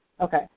Okay